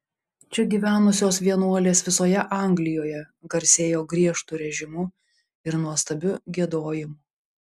čia gyvenusios vienuolės visoje anglijoje garsėjo griežtu režimu ir nuostabiu giedojimu